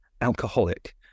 Alcoholic